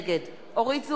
נגד אורית זוארץ,